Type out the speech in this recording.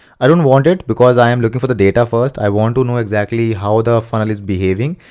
i don't want it because i am looking for the data first, i want to know exactly how the funnel is behaving.